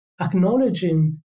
acknowledging